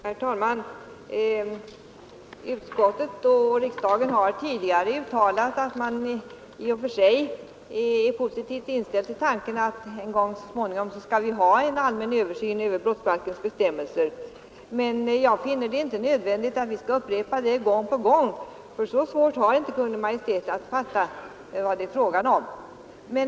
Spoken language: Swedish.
Herr talman! Utskottet och riksdagen har tidigare uttalat att man i och för sig är positivt inställd till tanken på att det så småningom skall bli en allmän översyn av brottsbalkens bestämmelser. Men jag finner det inte nödvändigt att upprepa det önskemålet gång på gång. Så svårt har inte Kungl. Maj:t att fatta vad det är fråga om.